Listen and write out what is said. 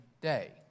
day